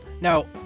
Now